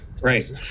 Right